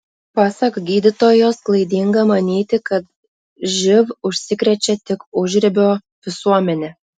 pasak gydytojos klaidinga manyti kad živ užsikrečia tik užribio visuomenė